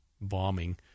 bombing